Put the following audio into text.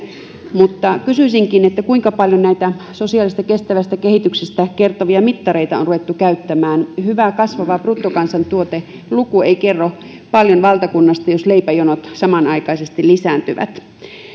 mutta kysyisin kuinka paljon näitä sosiaalisesta kestävästä kehityksestä kertovia mittareita on ruvettu käyttämään hyvä kasvava bruttokansantuoteluku ei kerro paljon valtakunnasta jos leipäjonot samanaikaisesti lisääntyvät